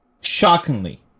Shockingly